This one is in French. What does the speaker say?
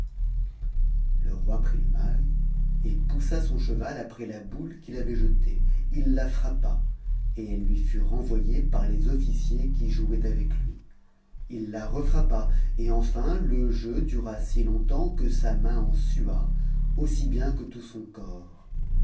le roi prit le mail et poussa son cheval après la boule qu'il avait jetée il la frappa et elle lui fut renvoyée par les officiers qui jouaient avec lui il la refrappa et enfin le jeu dura si longtemps que sa main en sua aussi bien que tout son corps